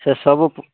ସେ ସବୁ